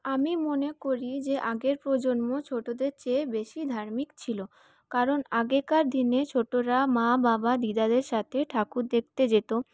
আমি মনে করি যে আগের প্রজন্ম ছোটদের চেয়ে বেশি ধার্মিক ছিল কারণ আগেকার দিনে ছোটরা মা বাবা দিদাদের সঙ্গে ঠাকুর দেখতে যেত